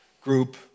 group